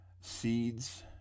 Seeds